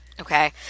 Okay